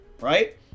right